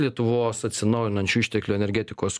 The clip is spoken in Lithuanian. lietuvos atsinaujinančių išteklių energetikos